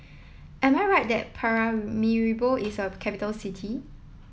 am I right that Paramaribo is a capital city